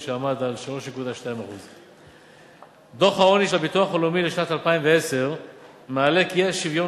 שעמד על 3.2%. דוח העוני של הביטוח הלאומי לשנת 2010 מעלה כי האי-שוויון